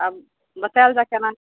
आ बतायल जाय केना